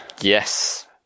Yes